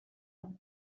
maine